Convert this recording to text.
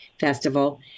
Festival